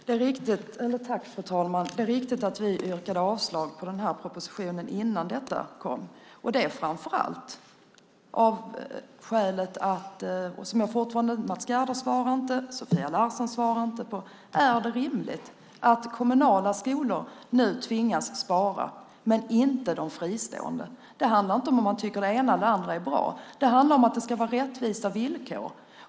Fru talman! Det är riktigt att vi yrkade avslag på propositionen innan detta kom, och det var framför allt av ett skäl. Mats Gerdau svarar inte och Sofia Larsen svarar inte på frågan: Är det rimligt att kommunala skolor nu tvingas spara men inte de fristående? Det handlar inte om att man tycker att det ena eller det andra är bra. Det handlar om att det ska vara rättvisa villkor.